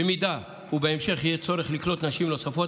במידה שבהמשך יהיה צורך לקלוט נשים נוספות,